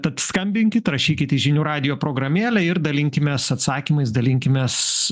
tad skambinkit rašykit į žinių radijo programėlę ir dalinkimės atsakymais dalinkimės